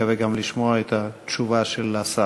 נקווה גם לשמוע את התשובה של השר.